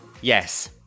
Yes